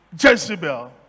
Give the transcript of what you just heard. Jezebel